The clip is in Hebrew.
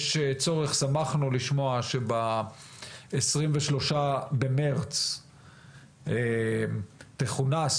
שמחנו לשמוע שב-23 במרץ תכונס